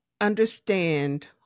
understand